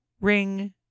ring